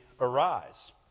Arise